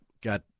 got